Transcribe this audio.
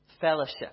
fellowship